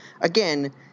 again